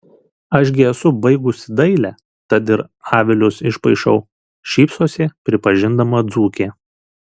aš gi esu baigusi dailę tad ir avilius išpaišau šypsosi prisipažindama dzūkė